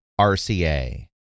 RCA